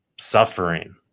Suffering